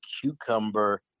cucumber